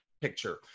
picture